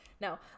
No